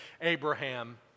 Abraham